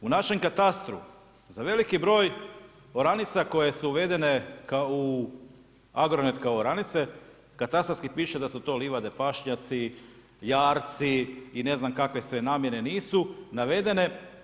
U našem katastru za veliku broj oranica koje su uvedene u Agronet kao oranice, katastarski piše da su to livade, pašnjaci, jarci i ne znam kakve sve namjere nisu navedene.